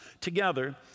together